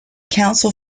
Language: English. council